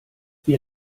wir